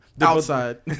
outside